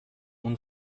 اون